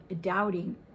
doubting